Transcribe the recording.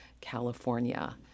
california